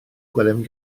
gwelem